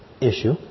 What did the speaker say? issue